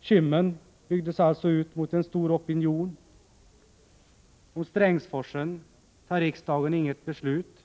Kymmen byggdes alltså ut mot en stor opinion. Om Strängsforsen tar riksdagen inget beslut.